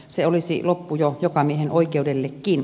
se olisi loppu jo jokamiehenoikeudellekin